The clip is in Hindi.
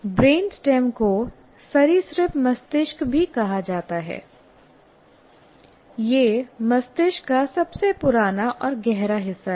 ब्रेनस्टेम को सरीसृप मस्तिष्क भी कहा जाता है यह मस्तिष्क का सबसे पुराना और गहरा हिस्सा है